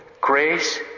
Grace